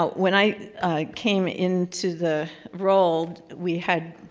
when i came into the role we had,